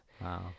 Wow